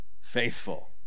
faithful